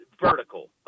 vertical